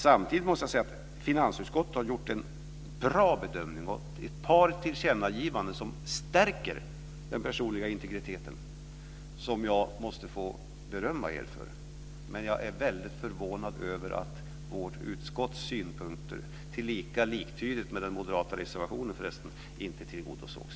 Samtidigt måste jag säga att finansutskottet har gjort en bra bedömning och ett par tillkännagivanden som stärker den personliga integriteten som jag måste få berömma er för. Men jag är väldigt förvånad över att vårt utskotts synpunkter, tillika liktydiga med den moderata reservationen, inte tillgodosågs.